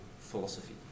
philosophy